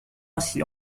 ainsi